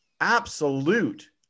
absolute